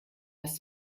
was